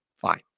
fine